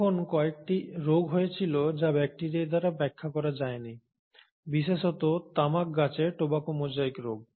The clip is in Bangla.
তখন কয়েকটি রোগ হয়েছিল যা ব্যাকটেরিয়া দ্বারা ব্যাখ্যা করা যায়নি বিশেষত তামাক গাছের টোবাকো মোজাইক রোগ